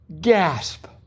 Gasp